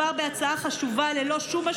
חברת הכנסת הר מלך, צריך לסיים.